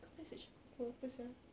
kau message pukul berapa sia